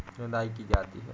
निदाई की जाती है?